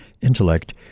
intellect